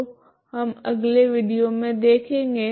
तो हम अगले विडियो मे देखेगे